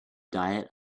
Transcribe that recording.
diet